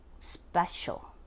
special